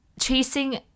chasing